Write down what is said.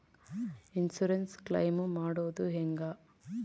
Insurance claim ಮಾಡೋದು ಹೆಂಗ?